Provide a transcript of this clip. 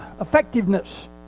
effectiveness